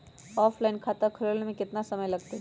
Offline खाता खुलबाबे में केतना समय लगतई?